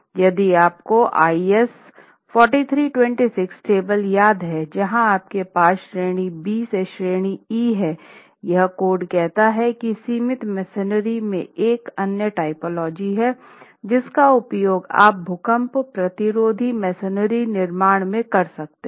यदि आपको IS 4326 table याद हैं जहां आपके पास श्रेणी बी से श्रेणी ई है यह कोड कहता है कि सीमित मेसनरी में एक अन्य टाइपोलॉजी है जिसका उपयोग आप भूकंप प्रतिरोधी मेसनरी निर्माण में कर सकते हैं